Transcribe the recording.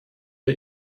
der